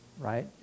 right